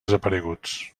desapareguts